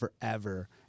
forever